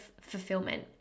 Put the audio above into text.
fulfillment